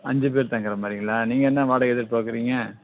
அஞ்சு பேர் தங்கிற மாதிரிங்களா நீங்கள் என்ன வாடகை எதிர்பார்க்கறீங்க